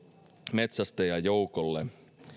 metsästäjäjoukolle